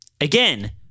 Again